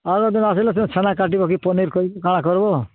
ଆଗଦିନ ଆସିଲେ ଛେନା କାଟିବ କି ପନିର କାଣା କହିବ